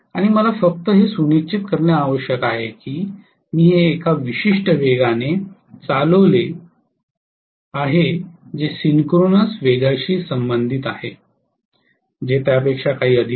आणि मला फक्त हे सुनिश्चित करणे आवश्यक आहे की मी हे एका विशिष्ट वेगाने चालवले आहे जे सिंक्रोनस वेगाशी संबंधित आहे जे त्यापेक्षा काही अधिक नाही